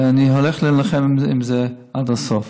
ואני הולך להילחם בזה עד הסוף.